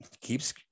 keeps